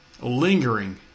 lingering